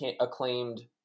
acclaimed